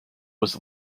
was